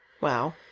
Wow